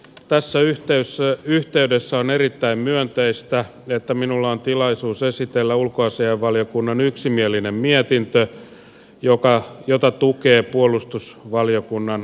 tässä yhteydessä on erittäin myönteistä että minulla on tilaisuus esitellä ulkoasiainvaliokunnan yksimielinen mietintö jota tukee puolustusvaliokunnan lausunto